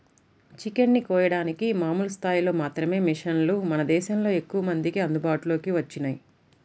chicken ని కోయడానికి మామూలు స్థాయిలో మాత్రమే మిషన్లు మన దేశంలో ఎక్కువమందికి అందుబాటులోకి వచ్చినియ్యి